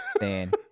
Man